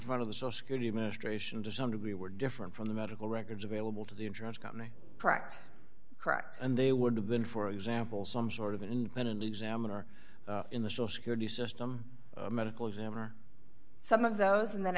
front of the social security administration to some degree were different from the medical records available to the insurance company product correct and they would have been for example some sort of an independent examiner in the social security system a medical examiner some of those and then